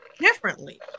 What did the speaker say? Differently